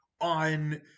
on